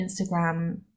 Instagram